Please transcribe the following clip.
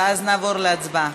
ואז נעבור להצבעה.